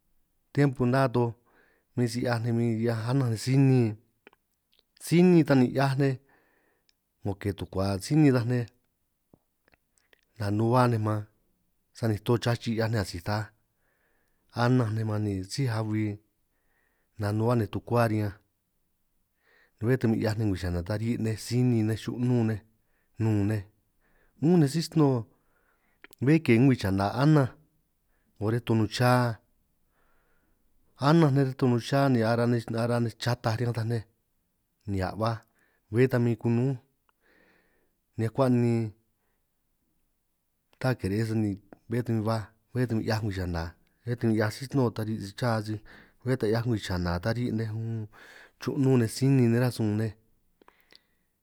Tiempo ná toj huin si 'hiaj nej min hiaj ananj nej sinin, sinin ta ni 'hiaj nej 'ngo ke tukua sinin taj nej, nanuhuá nej man sani to chachij 'hiaj nej asij ta, ananj nej man sij ahui ni nanuhuá nej tukuá riñanj bé ta min 'hiaj nej ngwii chana ta ri' nej sinin nej xu'nun nun nej, únj nej sí sno'o bé ke ngwii chana ananj nej reto nnun cha, ni ara ara nej chataj riñanj ta nej nihia' baj, bé ta min kunúj ni akuan' ni ta kire'ej sani bé ta baj bé ta 'hiaj ngwii chana, bé ta min 'hiaj sí sno'o ta ri' sij cha sij, bé ta 'hiaj ngwii chana ta ri' nej chrunun nej sinin nej aráj sun nej.